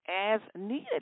as-needed